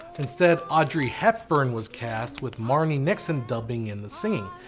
instead, audrey hepburn was cast with marni nixon dubbing and the singing.